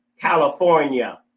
California